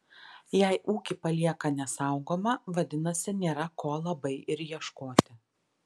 jei ūkį palieka nesaugomą vadinasi nėra ko labai ir ieškoti